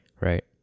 right